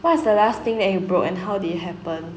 what is the last thing that you broke and how did it happen